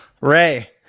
Ray